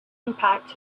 impact